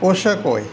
પોષક હોય